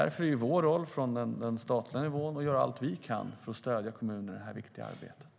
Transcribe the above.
Därför är vår uppgift på den statliga nivån att göra allt vi kan för att stödja kommunerna i det viktiga arbetet.